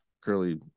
curly